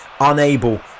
unable